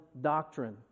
doctrine